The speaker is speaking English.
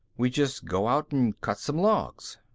we just go out and cut some logs.